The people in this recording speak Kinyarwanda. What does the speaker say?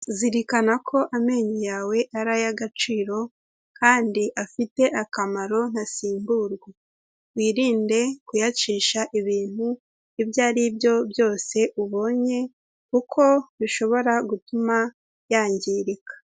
Zirikana ko amenyo yawe ari ay'agaciro kandi afite akamaro ndasimburwa, wirinde kuyacisha ibintu ibyo ari byo byose ubonye, kuko bishobora gutuma yangirika.